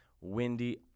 windy